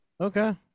okay